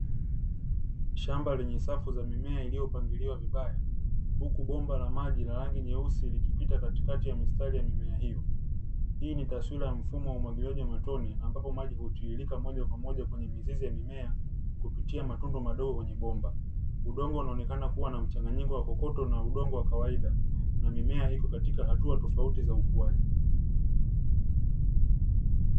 Shamba lenye safu ya mimea iliyopangiliwa vibaya huku bomba la maji jeusi likipita katikati ya mistari ya mimea hiyo hii ni taswira ya mfumo wa umwagiliaji wa matone ambapo maji hutiritika moja kwa moja kwenye mizizi ya mimea kupitia matundu madogomadogo ya kwenye bomba. Udongo unaonekana kuwa na mchanganyiko wa kokoto na udongo wa kawaida, na mimea iko katika hatua tofauti za ukuaji.